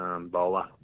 Bowler